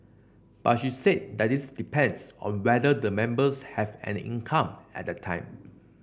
but she said that this depends on whether the members have an income at that time